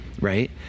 Right